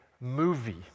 movie